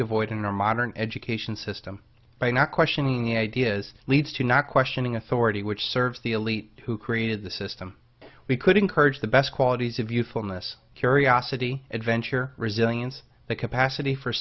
devoid in our modern education system by not questioning ideas leads to not questioning authority which serves the elite who created the system we could encourage the best qualities of usefulness curiosity adventure resilience the capacity for